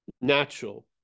natural